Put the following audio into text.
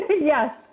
Yes